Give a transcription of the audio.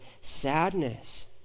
sadness